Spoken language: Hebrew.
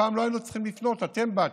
הפעם לא היינו צריכים לפנות, אתם באתם,